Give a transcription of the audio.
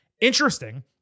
Interesting